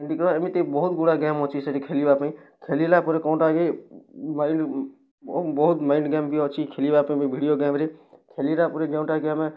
ଇଣ୍ଡିଗ ଏମିତି ବହୁତ ଗୁଡ଼ା ଗେମ୍ ଅଛି ସେଇଟି ଖେଳିବା ପାଇଁ ଖେଳିଲା ପରେ କ'ଣଟା ହୁଏ ବହୁତ ମାଇଣ୍ଡ ଗେମ୍ ବି ଅଛି ଖେଳିବା ପାଇଁ ବି ଭିଡ଼ିଓ ଗେମ୍ରେ ଖେଳିଲା ପରେ ଯେଉଁଟା କି ଆମେ